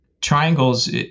triangles